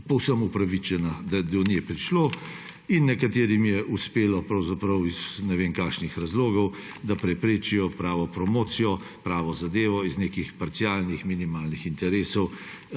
povsem upravičena, da je do nje prišlo. Nekaterim je uspelo pravzaprav iz ne vem kakšnih razlogov, da preprečijo pravo promocijo, pravo zadevo iz nekih parcialnih minimalnih interesov,